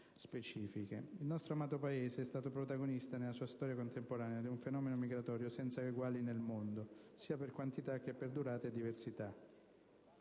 Il nostro amato Paese è stato protagonista nella sua storia contemporanea di un fenomeno migratorio senza eguali al mondo, sia per quantità che per durata e diversità.